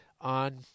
on